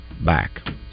back